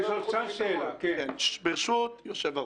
ברשות היושב-ראש,